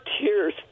tears